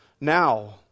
Now